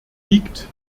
liegt